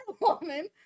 woman